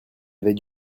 avait